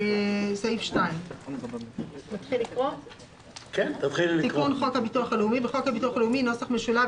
סעיף 2. 2.תיקון חוק הביטוח הלאומי בחוק הביטוח הלאומי (נוסח משולב),